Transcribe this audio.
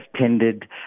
tended